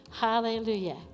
Hallelujah